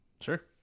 Sure